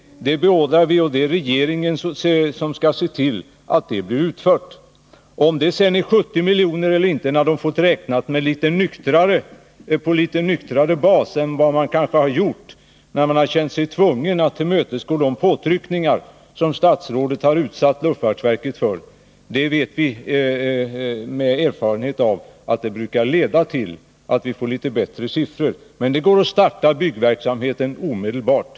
Det beordrar vi, och det är regeringen som skall se till att det blir utfört. Om det sedan blir 70 miljoner vet vi inte. Man får räkna igen på litet nyktrare bas än man kanske gjorde när man kände sig tvungen att tillmötesgå påtryckningarna som statsrådet utsatte luftfartsverket för. Vi vet av erfarenhet att det brukar leda till litet bättre siffror. Men det går att starta byggverksamheten omedelbart.